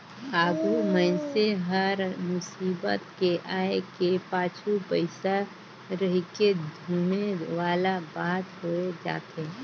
आघु मइनसे हर मुसीबत के आय के पाछू पइसा रहिके धुमे वाला बात होए जाथे